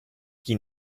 chi